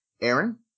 aaron